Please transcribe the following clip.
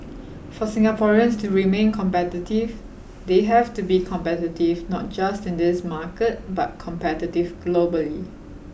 for Singaporeans to remain competitive they have to be competitive not just in this market but competitive globally